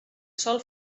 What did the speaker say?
sol